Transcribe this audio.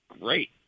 great